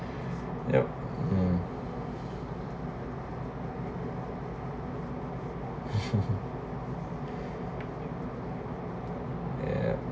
yu uh ya